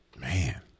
man